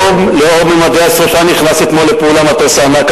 לאור ממדי השרפה נכנס אתמול לפעולה מטוס הענק,